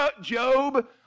Job